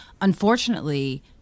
unfortunately